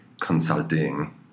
consulting